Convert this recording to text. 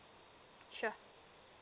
sure